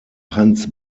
hans